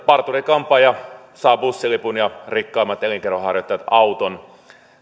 parturi kampaaja saa bussilipun ja rikkaimmat elinkeinonharjoittajat auton